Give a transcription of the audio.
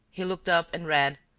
he looked up and read,